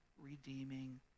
redeeming